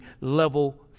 level